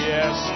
Yes